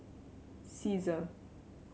Cesar